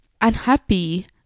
unhappy